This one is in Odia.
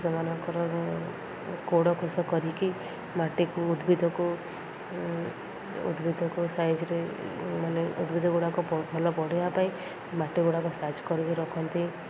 ସେମାନଙ୍କର କୋଡ଼ ଖସ କରିକି ମାଟିକୁ ଉଦ୍ଭିଦକୁ ଉଦ୍ଭିଦକୁ ସାଇଜ୍ରେେ ମାନେ ଉଦ୍ଭିଦ ଗୁଡ଼ାକ ଭଲ ବଢ଼େଇବା ପାଇଁ ମାଟି ଗୁଡ଼ାକ ସାଇଜ୍ କରିକି ରଖନ୍ତି